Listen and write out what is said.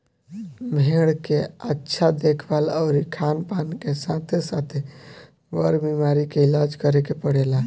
भेड़ के अच्छा देखभाल अउरी खानपान के साथे साथे, बर बीमारी के इलाज करे के पड़ेला